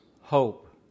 hope